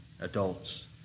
adults